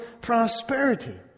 prosperity